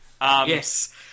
Yes